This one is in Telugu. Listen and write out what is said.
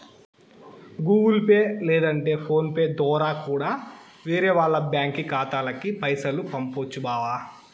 గూగుల్ పే లేదంటే ఫోను పే దోరా కూడా వేరే వాల్ల బ్యాంకి ఖాతాలకి పైసలు పంపొచ్చు బావా